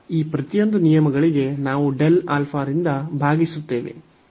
ಈ ಪ್ರತಿಯೊಂದು ನಿಯಮಗಳಿಗೆ ನಾವು ರಿಂದ ಭಾಗಿಸುತ್ತೇವೆ